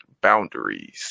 boundaries